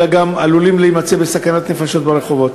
אלא גם עלולים להימצא בסכנת נפשות ברחובות?